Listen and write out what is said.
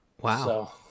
Wow